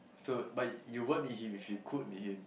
so but you won't meet him if you could meet him